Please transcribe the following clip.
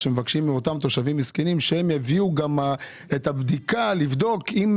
מבקשים גם מאותם תושבים מסכנים שהביאו את הבדיקה כדי לבדוק האם